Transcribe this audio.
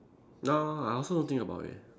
no I also think about it